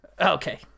Okay